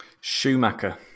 Schumacher